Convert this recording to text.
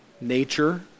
nature